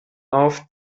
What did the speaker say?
auf